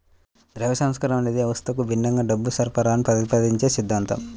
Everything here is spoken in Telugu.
ద్రవ్య సంస్కరణ అనేది వ్యవస్థకు భిన్నంగా డబ్బు సరఫరాని ప్రతిపాదించే సిద్ధాంతం